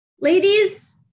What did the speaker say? ladies